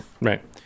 Right